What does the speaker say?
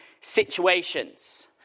situations